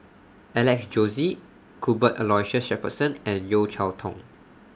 Alex Josey Cuthbert Aloysius Shepherdson and Yeo Cheow Tong